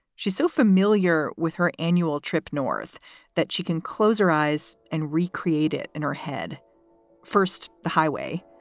she's so familiar with her annual trip north that she can close our eyes and recreate it in her head first the highway,